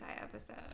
episode